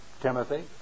Timothy